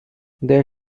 there